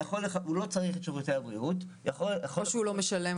והוא לא צריך את שירותי הבריאות -- ככל שהוא לא משלם,